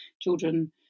Children